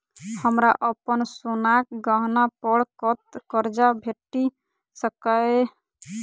हमरा अप्पन सोनाक गहना पड़ कतऽ करजा भेटि सकैये?